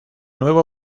nueva